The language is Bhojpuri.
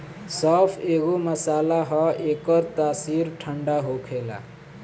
सौंफ एगो मसाला हअ एकर तासीर ठंडा होखेला